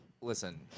Listen